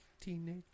Teenage